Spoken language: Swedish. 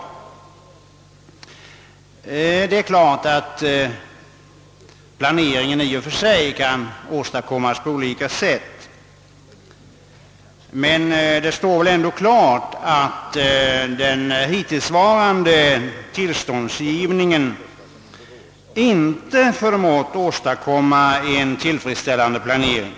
En planering kan naturligtvis åstadkommas på olika sätt, men klart är att den hittillsvarande tillståndsgivningen inte har förmått åstadkomma en tillfredsställande planering.